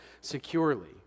securely